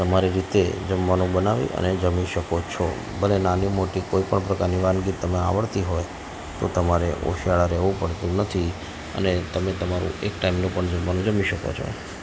તમારી રીતે જમવાનું બનાવી અને જમી શકો છો ભલે નાની મોટી કોઈપણ પોતાની વાનગી તમને આવડતી હોય તો તમારે ઓશિયાળા રેહવું પડતું નથી અને તમે તમારું એક ટાઈમનું પણ જમવાનું જમી શકો છો